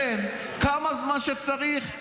לכן, כמה זמן שצריך.